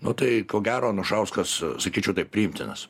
nu tai ko gero anušauskas sakyčiau taip priimtinas